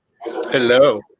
Hello